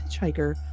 hitchhiker